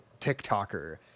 TikToker